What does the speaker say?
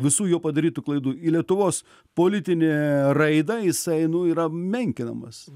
visų jo padarytų klaidų į lietuvos politinę raidą jisai nu yra menkinamas